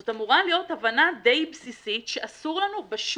זאת אמורה להיות הבנה די בסיסית שאסור לנו בשום